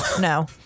No